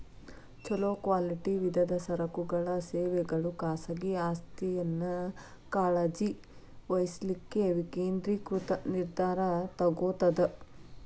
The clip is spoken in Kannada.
ಛೊಲೊ ಕ್ವಾಲಿಟಿ ವಿವಿಧ ಸರಕುಗಳ ಸೇವೆಗಳು ಖಾಸಗಿ ಆಸ್ತಿಯನ್ನ ಕಾಳಜಿ ವಹಿಸ್ಲಿಕ್ಕೆ ವಿಕೇಂದ್ರೇಕೃತ ನಿರ್ಧಾರಾ ತೊಗೊತದ